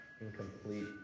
incomplete